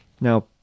Now